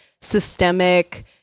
systemic